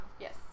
Yes